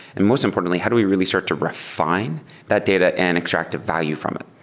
and most importantly, how do we really start to refi ne that data and extract the value from it?